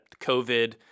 COVID